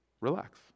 relax